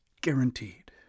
Guaranteed